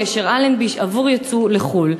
לגשר אלנבי עבור יצוא לחוץ-לארץ,